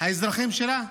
האזרחים שלה?